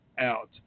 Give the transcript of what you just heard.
out